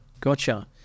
Gotcha